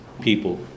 people